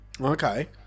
Okay